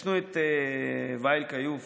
יש לנו את ואיל כיוף,